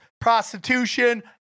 prostitution